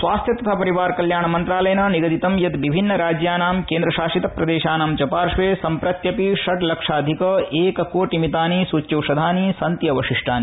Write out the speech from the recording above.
स्वास्थ्य तथा परिवार कल्याण मंत्रालयेन निगदितं यत् विभिन्नराज्यानाम् केन्द्रशासित प्रदेशानां च पार्श्वे संप्रत्यपि षड् लक्षाधिक एककोटिमितानि सूच्यौषधानि सन्ति अवशिष्टानि